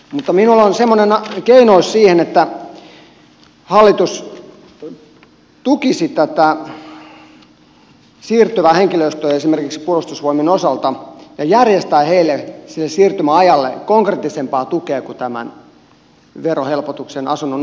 mutta minulla olisi semmoinen keino siihen että hallitus tukisi tätä siirtyvää henkilöstöä esimerkiksi puolustusvoimien osalta ja järjestäisi heille sille siirtymäajalle konkreettisempaa tukea kuin tämän verohelpotuksen asunnon ostamisessa